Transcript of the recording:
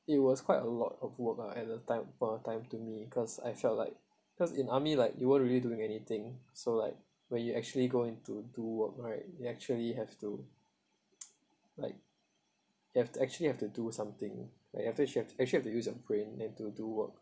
it was quite a lot of work ah at the time point of time to me cause I felt like cause in army like you weren't really doing anything so like when you actually go into do work right you actually have to like you have to actually have to do something like actually have to use your brain than to do work